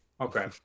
Okay